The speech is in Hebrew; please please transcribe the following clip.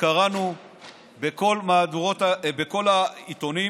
שקראנו בכל העיתונים.